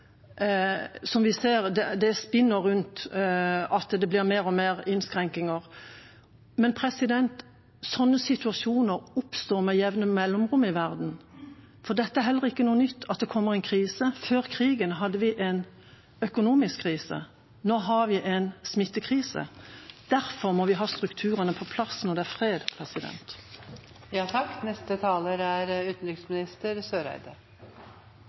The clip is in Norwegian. mer innskrenkninger – oppstår sånne situasjoner med jevne mellomrom i verden. Det er heller ikke noe nytt at det kommer en krise. Før krigen hadde vi en økonomisk krise. Nå har vi en smittekrise. Derfor må vi ha strukturene på plass når det er fred. Det er viktig å understreke, som representanten Henriksen også gjør, at dette er